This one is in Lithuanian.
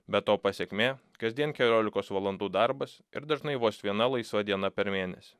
bet to pasekmė kasdien keliolikos valandų darbas ir dažnai vos viena laisva diena per mėnesį